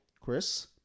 chris